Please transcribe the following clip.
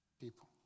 people